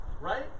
right